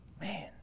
Man